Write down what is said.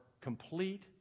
complete